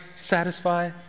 satisfy